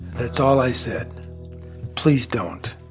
that's all i said please don't.